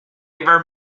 were